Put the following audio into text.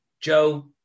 Joe